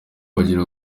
bagira